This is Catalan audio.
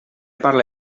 parle